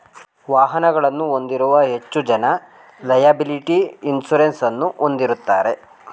ವಾಹನಗಳನ್ನು ಹೊಂದಿರುವ ಹೆಚ್ಚು ಜನ ಲೆಯಬಲಿಟಿ ಇನ್ಸೂರೆನ್ಸ್ ಅನ್ನು ಹೊಂದಿರುತ್ತಾರೆ